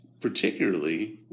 Particularly